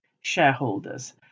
shareholders